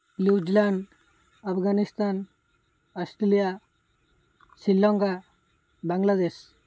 New Zealand Afghanistan Australia Sri Lanka Bangladesh